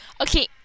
Okay